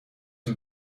een